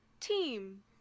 team